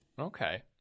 Okay